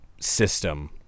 system